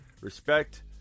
Respect